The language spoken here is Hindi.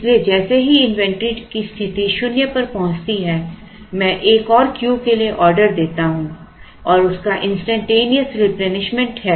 इसलिए जैसे ही इन्वेंट्री की स्थिति शून्य पर पहुंचती है मैं एक और Q के लिए ऑर्डर देता हूं और उस का इंस्टैन्टेनियस रिप्लेनिशमेंट है